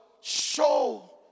Show